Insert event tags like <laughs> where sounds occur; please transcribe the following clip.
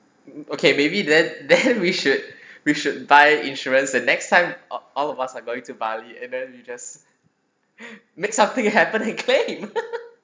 <noise> okay maybe then then <laughs> we should <breath> we should buy insurance the next time all all of us are going to bali and then you just <breath> make something happen and claim